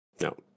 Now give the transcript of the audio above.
No